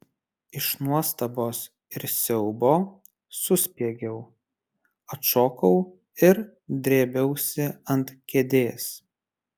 iš nuostabos ir siaubo suspiegiau atšokau ir drėbiausi ant kėdės